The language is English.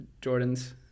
Jordan's